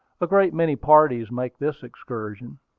a great many parties make this excursion.